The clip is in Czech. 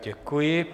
Děkuji.